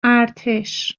ارتش